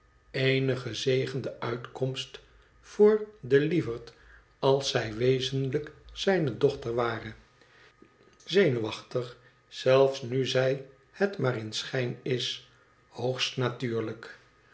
eene gezegende uitkomst voor den lievert als zij wezenlijk zijne dochter ware zenuwachtig zéh nu zij het maar in schijn is j hoogst natuurlijk